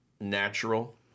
natural